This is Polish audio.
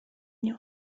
mnie